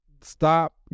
Stop